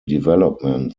development